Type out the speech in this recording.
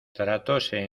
tratóse